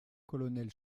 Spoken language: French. colonel